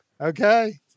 okay